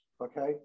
okay